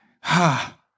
Ha